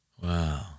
Wow